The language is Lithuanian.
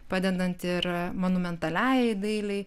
padedant ir monumentaliajai dailei